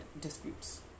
disputes